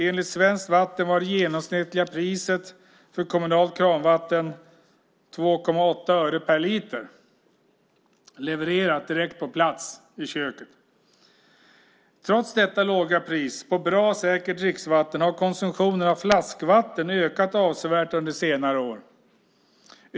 Enligt Svenskt Vatten var det genomsnittliga priset för kommunalt kranvatten 2,8 öre per liter levererat direkt på plats i köket. Trots detta låga pris på bra och säkert dricksvatten har konsumtionen av flaskvatten ökat avsevärt under senare år.